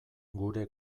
gure